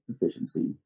efficiency